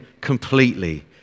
completely